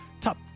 top